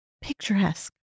picturesque